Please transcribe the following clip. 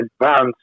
advanced